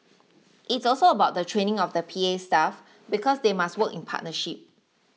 it's also about the training of the P A staff because they must work in partnership